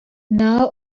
now